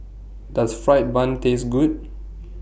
Does Fried Bun Taste Good